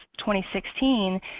2016